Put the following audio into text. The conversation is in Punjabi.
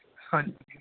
ਹਾਂਜੀ